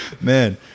man